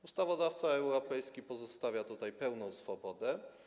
Ustawodawca europejski pozostawia tutaj pełną swobodę.